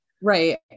right